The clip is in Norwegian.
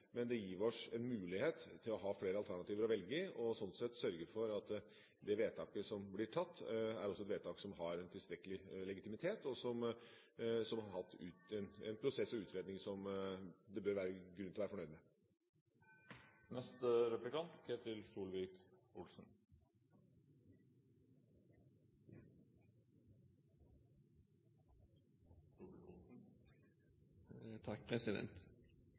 Men det gir oss en mulighet til å ha flere alternativer å velge blant, og sånn sett sørge for at det vedtaket som blir gjort, også er et vedtak som har tilstrekkelig legitimitet, og at det har vært en prosess og utredning som det bør være grunn til å være fornøyd